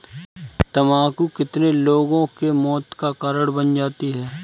तम्बाकू कितने लोगों के मौत का कारण बन जाती है